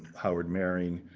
howard marion.